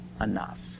enough